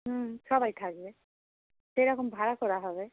হুম সবাই থাকবে সেরকম ভাড়া করা হবে